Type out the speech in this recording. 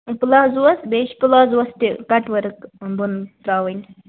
palazzos بیٚیہِ چھِ پلازوس تہٕ کَٹ ؤرٕک بۄن ترٛاوٕنۍ